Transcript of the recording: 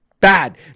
bad